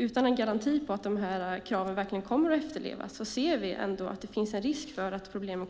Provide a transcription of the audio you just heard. Utan en garanti för att dessa krav verkligen efterlevs ser vi en risk för att problemen